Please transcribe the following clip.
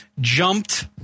jumped